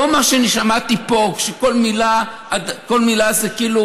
לא מה שאני שמעתי פה, שכל מילה זה כאילו